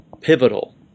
pivotal